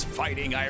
fighting